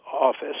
office